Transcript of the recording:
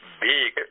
big